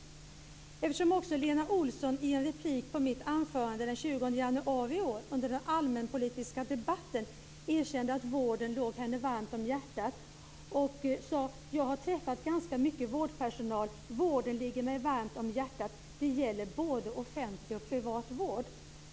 Lena Olsson erkände i en replik på mitt anförande den 20 januari i år under den allmänpolitiska debatten att vården låg henne varmt om hjärtat och sade: "Jag har träffat ganska mycket vårdpersonal - vården ligger mig rätt varmt om hjärtat och det gäller då både offentlig och privat vård."